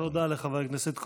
תודה לחבר הכנסת כהן.